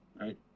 Right